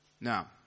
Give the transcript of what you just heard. now